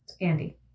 Andy